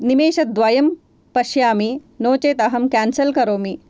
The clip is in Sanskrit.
निमेषद्वयं पश्यामि नो चेत् अहं केन्सल् करोमि